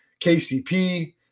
KCP